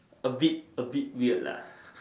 A bit a bit weird lah